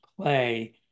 play